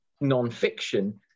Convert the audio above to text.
non-fiction